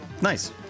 Nice